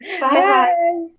Bye